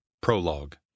Prologue